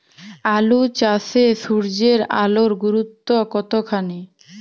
আলু চাষে সূর্যের আলোর গুরুত্ব কতখানি?